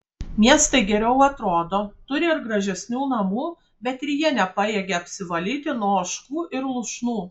miestai geriau atrodo turi ir gražesnių namų bet ir jie nepajėgia apsivalyti nuo ožkų ir lūšnų